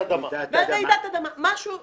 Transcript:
למשל רעידת אדמה או משהו כזה,